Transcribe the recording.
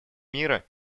мира